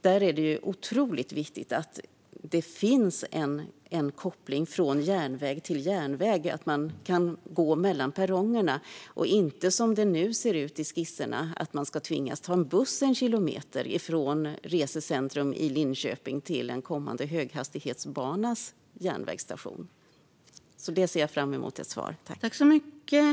Där är det otroligt viktigt att det finns en koppling från järnväg till järnväg och att man kan gå mellan perrongerna och inte, som det nu ser ut i skisserna, att man ska tvingas ta buss en kilometer från resecentrum i Linköping till en kommande höghastighetsbanas järnvägsstation. Jag ser fram emot ett svar på detta.